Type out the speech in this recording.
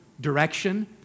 direction